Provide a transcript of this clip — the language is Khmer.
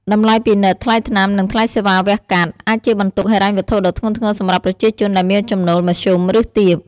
តម្លៃពិនិត្យ ថ្លៃថ្នាំ និងថ្លៃសេវាវះកាត់ អាចជាបន្ទុកហិរញ្ញវត្ថុដ៏ធ្ងន់ធ្ងរសម្រាប់ប្រជាជនដែលមានចំណូលមធ្យម ឬទាប។